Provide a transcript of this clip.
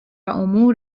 امور